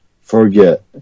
forget